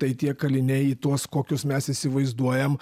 tai tie kaliniai į tuos kokius mes įsivaizduojam